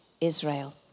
Israel